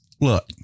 Look